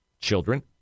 children